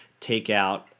takeout